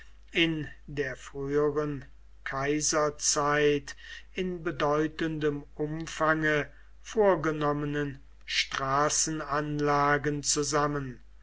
in der früheren kaiserzeit in bedeutendem umfange vorgenommenen straßenanlagen zusammen